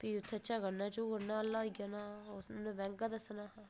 फ्ही झगड़ना हा ओह्दे कन्नै उस मैंह्गा दस्सना हा